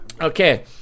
Okay